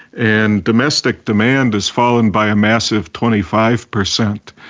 and domestic demand has fallen by a massive twenty five per cent.